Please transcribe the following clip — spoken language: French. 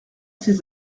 ses